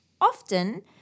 often